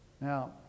Now